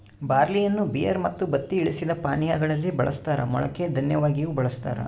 ಬಾರ್ಲಿಯನ್ನು ಬಿಯರ್ ಮತ್ತು ಬತ್ತಿ ಇಳಿಸಿದ ಪಾನೀಯಾ ಗಳಲ್ಲಿ ಬಳಸ್ತಾರ ಮೊಳಕೆ ದನ್ಯವಾಗಿಯೂ ಬಳಸ್ತಾರ